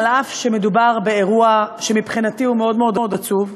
אף שמדובר באירוע שמבחינתי הוא מאוד מאוד עצוב,